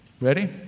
Ready